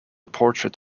portrait